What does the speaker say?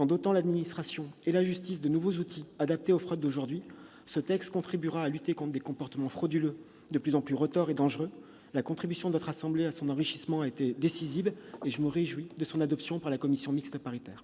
en dotant l'administration et la justice de nouveaux outils adaptés aux fraudes actuelles, ce texte contribuera à lutter contre des comportements frauduleux de plus en plus retors et dangereux. La contribution de votre assemblée à son enrichissement a été décisive. Je me réjouis de son adoption par la commission mixte paritaire.